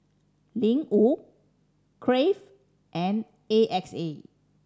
Ling Wu Crave and A X A